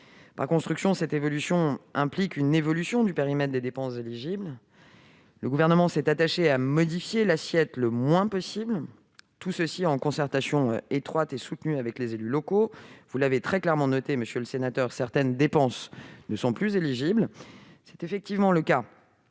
Par construction, cette évolution implique une évolution du périmètre des dépenses éligibles. Le Gouvernement s'est attaché à modifier l'assiette le moins possible, en concertation étroite et soutenue avec les élus locaux. Vous l'avez clairement noté, monsieur le sénateur, certaines dépenses ne sont plus éligibles. C'est effectivement le cas